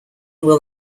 will